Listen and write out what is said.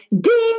ding